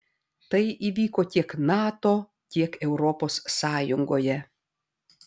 tai įvyko tiek nato tiek europos sąjungoje